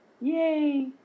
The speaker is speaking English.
Yay